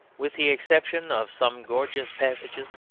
with the exception of some gorgeous passages,